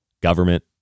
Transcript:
government